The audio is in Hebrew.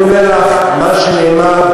אני אומר לך מה שנאמר,